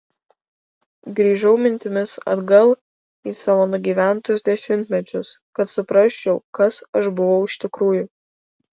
grįžau mintimis atgal į savo nugyventus dešimtmečius kad suprasčiau kas aš buvau iš tikrųjų